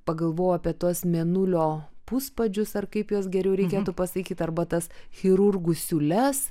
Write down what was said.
pagalvojau apie tuos mėnulio puspadžius ar kaip juos geriau reikėtų pasakyti arba tas chirurgų siūles